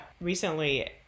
recently